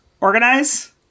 Organize